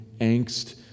angst